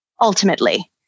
ultimately